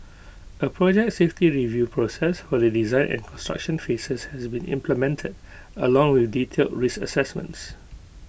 A project safety review process for the design and construction phases has been implemented along with detailed risk assessments